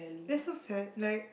that's so sad like